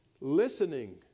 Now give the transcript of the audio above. Listening